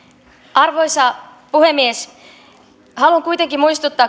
arvoisa puhemies haluan kuitenkin muistuttaa